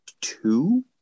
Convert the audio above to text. two